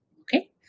okay